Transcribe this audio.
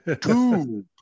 two